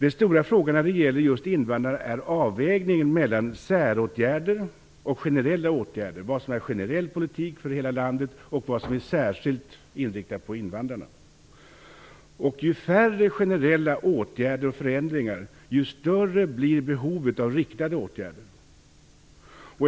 En stor fråga när det gäller just invandrare är avvägningen mellan säråtgärder och generella åtgärder - dvs. vad som är generell politik för hela landet och vad som är särskilt inriktat på invandrarna. Ju färre generella åtgärder och förändringar, desto större blir behovet av riktade åtgärder.